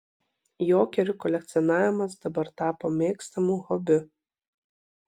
jokerių kolekcionavimas dabar tapo mėgstamu hobiu